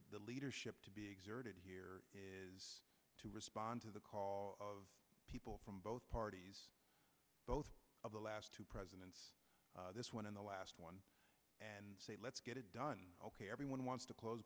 the leadership to be exerted here is to respond to the call of people from both parties both of the last two presidents this one and the last one and say let's get it done ok everyone wants to close